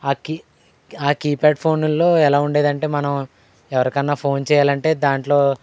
ఆ కీ ఆ కీప్యాడ్ ఫోన్లలో ఎలా ఉండేదంటే మనం ఎవరికన్నా ఫోన్ చేయాలంటే దాంట్లో